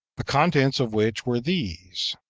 the contents of which were these,